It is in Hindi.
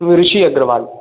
ऋषि अग्रवाल